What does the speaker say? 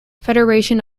federation